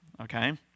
Okay